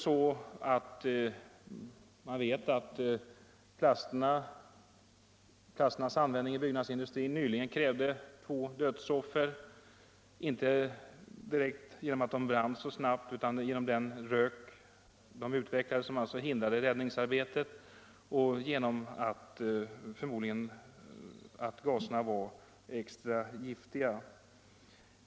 Däremot vet man att plasternas användning i byggnadsindustrin nyligen krävde två dödsoffer — inte direkt genom att plasterna brann så snabbt utan genom den rök de utvecklade, som hindrade räddningsarbetet, och förmodligen genom att gaserna var extra giftiga.